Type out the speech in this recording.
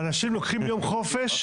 אנשים לוקחים יום חופש,